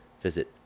Visit